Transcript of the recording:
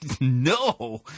No